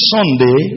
Sunday